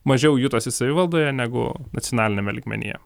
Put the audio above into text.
mažiau jutosi savivaldoje negu nacionaliniame lygmenyje